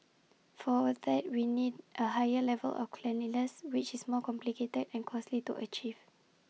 for that we need A higher level of cleanliness which is more complicated and costly to achieve